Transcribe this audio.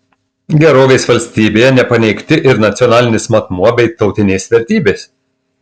gerovės valstybėje nepaneigti ir nacionalinis matmuo bei tautinės vertybės